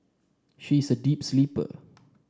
she is a deep sleeper